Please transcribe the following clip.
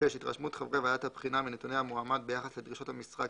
התרשמות חברי ועדת הבחינה מנתוני המועמד ביחס לדרישות המשרה,